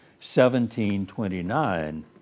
1729